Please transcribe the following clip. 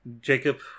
jacob